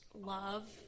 love